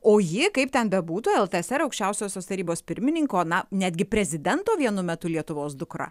o ji kaip ten bebūtų ltsr aukščiausiosios tarybos pirmininko na netgi prezidento vienu metu lietuvos dukra